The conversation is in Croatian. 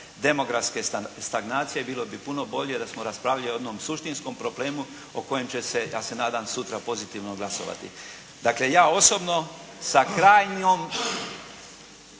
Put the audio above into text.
demografske stagnacije. Bilo bi puno bolje da smo raspravljali o jednom suštinskom problemu, o kojem će se, ja se nadam, sutra pozitivno glasovati. Dakle, ja osobno sa krajnjom